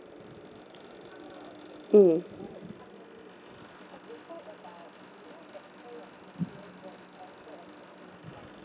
mm